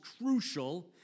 crucial